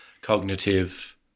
cognitive